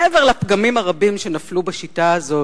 מעבר לפגמים הרבים שנפלו בשיטה הזאת,